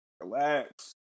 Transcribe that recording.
relax